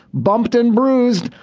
bumped and bruised.